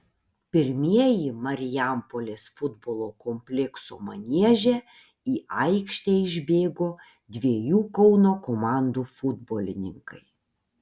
pirmieji marijampolės futbolo komplekso manieže į aikštę išbėgo dviejų kauno komandų futbolininkai